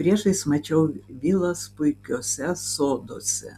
priešais mačiau vilas puikiuose soduose